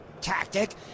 tactic